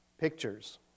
pictures